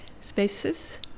spaces